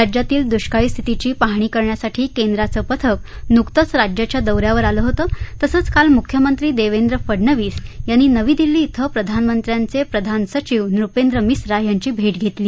राज्यातील दुष्काळी स्थितीची पाहणी करण्यासाठी केंद्राचं पथक नुकतच राज्याच्या दौ यावर आलं होतं तसंच काल मुख्यमंत्री देवेंद्र फडणवीस यांनी नवी दिल्ली क्वें प्रधानमंत्र्यांचे प्रधान सचिव नुपेंद्र मिस्रा यांची भेट घेतली